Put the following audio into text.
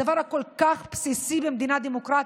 הדבר הכל-כך בסיסי במדינה דמוקרטית,